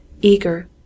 eager